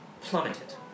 Plummeted